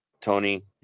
tony